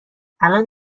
الان